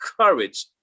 courage